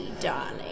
darling